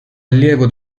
allievo